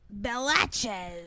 Belaches